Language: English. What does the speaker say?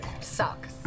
sucks